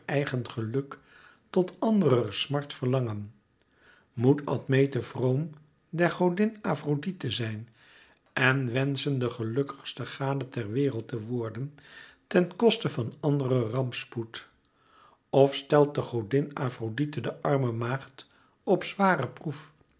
eigen geluk tot anderer smart verlangen moet admete vroom der godin afrodite zijn en wenschen de gelukkigste gade ter wereld te worden ten koste van anderer rampspoed of stelt de godin afrodite de arme maagd op zwaren proef